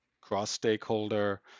cross-stakeholder